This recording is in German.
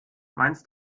meinst